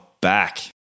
back